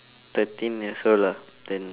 thirteen years old lah then